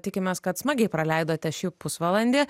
tikimės kad smagiai praleidote šį pusvalandį